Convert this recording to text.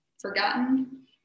forgotten